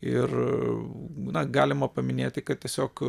ir na galima paminėti kad tiesiog